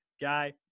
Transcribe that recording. Guy